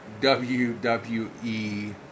WWE